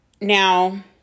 Now